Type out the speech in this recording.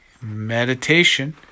meditation